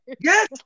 Yes